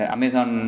Amazon